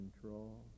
control